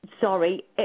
Sorry